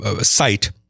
site